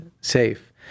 safe